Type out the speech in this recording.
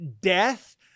death